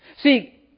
See